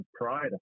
pride